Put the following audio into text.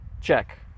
check